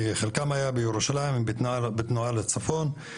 כי חלקם היה בירושלים והם בתנועה לצפון.